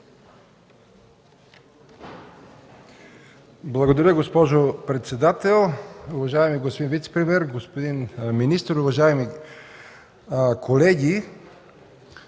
Благодаря, госпожо председател. Уважаеми господин вицепремиер, господин министър, уважаеми колеги!